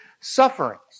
sufferings